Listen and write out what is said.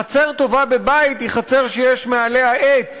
חצר טובה בבית היא חצר שיש מעליה עץ